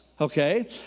Okay